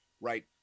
right